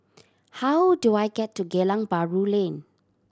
how do I get to Geylang Bahru Lane